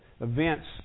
events